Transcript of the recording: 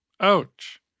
Ouch